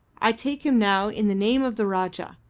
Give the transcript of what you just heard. i take him now in the name of the rajah.